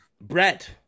Brett